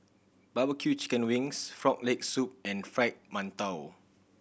barbecue chicken wings Frog Leg Soup and Fried Mantou